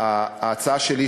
ההצעה שלי,